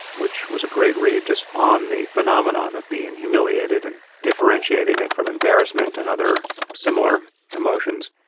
which was a great read. just on the phenomenon of being humiliated and differentiating it from embarrassment and other similar emotions.